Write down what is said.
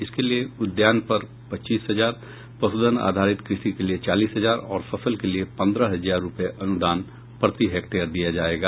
इसके लिये उद्यान पर पच्चीस हजार पशुधन आधारित कृषि के लिये चालीस हजार और फसल के लिये पंद्रह हजार रूपये अनुदान प्रति हेक्टेयर दिया जायेगा